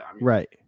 right